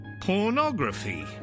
pornography